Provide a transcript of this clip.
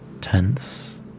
tense